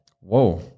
Whoa